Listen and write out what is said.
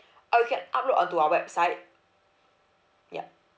oh you can upload onto our website yup